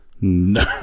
No